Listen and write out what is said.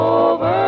over